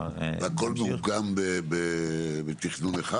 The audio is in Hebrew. והכול מאורגן בתכנון אחד?